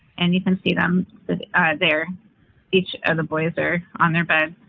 and you can see them there each of the boys there on their bed.